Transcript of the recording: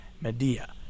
Medea